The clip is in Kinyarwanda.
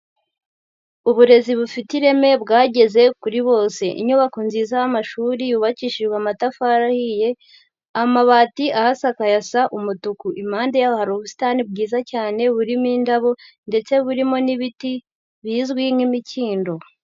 Uburezi bufite ireme bwageze kuri bose, inyubako nziza y'amashuri yubakishijwe amatafari ahiye, amabati ahasakaye asa umutuku, impande yaho hari ubusitani bwiza cyane, burimo indabo ndetse burimo n'ibiti bizwi nk'imikindo.